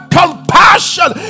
compassion